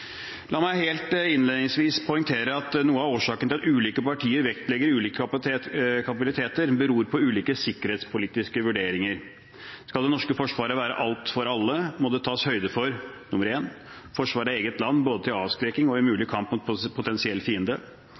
La meg helt innledningsvis poengtere at noe av årsaken til at ulike partier vektlegger ulike kapabiliteter, beror på ulike sikkerhetspolitiske vurderinger. Skal det norske forsvaret være alt for alle, må det tas høyde for: forsvar av eget land, både til avskrekking og i mulig kamp mot en potensiell fiende